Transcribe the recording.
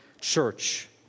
church